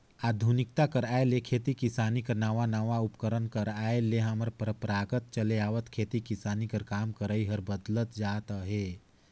आधुनिकता कर आए ले खेती किसानी कर नावा नावा उपकरन कर आए ले हमर परपरागत चले आवत खेती किसानी कर काम करई हर बदलत जात अहे